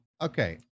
okay